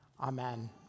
Amen